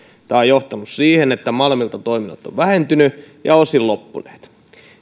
on johtanut siihen että malmilta toiminnot ovat vähentyneet ja osin loppuneet